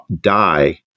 die